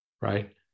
Right